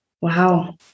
Wow